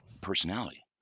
personality